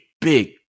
big